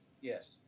Yes